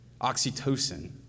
oxytocin